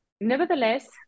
Nevertheless